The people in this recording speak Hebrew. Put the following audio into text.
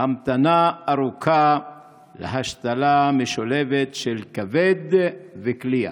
המתנה ארוכה להשתלה משולבת של כבד וכליה.